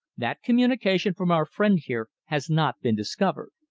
that communication from our friend here has not been discovered.